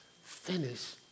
Finish